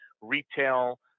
retail